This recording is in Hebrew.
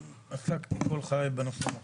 עסקתי כל חיי בנושאים החקלאיים.